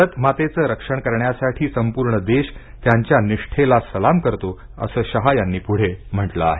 भारत मातेचं रक्षण करण्यासाठी संपूर्ण देश त्यांच्या निष्ठेला सलाम करतो असं शहा यांनी पुढे म्हटलं आहे